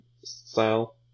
style